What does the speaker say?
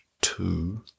two